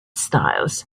styles